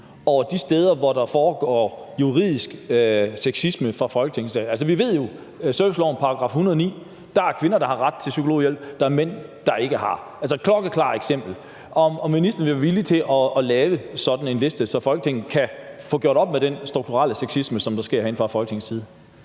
over de steder, hvor der foregår juridisk sexisme fra Folketingets side. Vi ved jo, at ifølge servicelovens § 109 har kvinder ret til psykologhjælp, men ikke mænd – altså et klokkeklart eksempel. Vil ministeren være villig til at lave sådan en liste, så Folketinget kan få gjort op med den strukturelle sexisme, der sker herinde fra Folketingets side?